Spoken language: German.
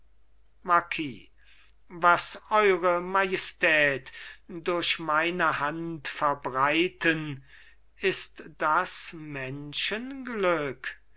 marquis was eure majestät durch meine hand verbreiten ist das menschenglück